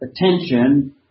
attention